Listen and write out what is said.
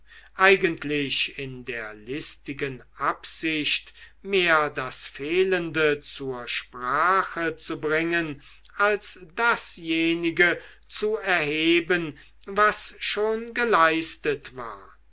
eigentlich in der listigen absicht mehr das fehlende zur sprache zu bringen als dasjenige zu erheben was schon geleistet war